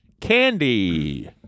candy